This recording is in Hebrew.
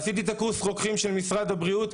עשיתי קורס רוקחים של משרד הבריאות,